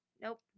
Nope